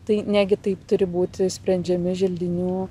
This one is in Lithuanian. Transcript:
tai negi taip turi būti sprendžiami želdinių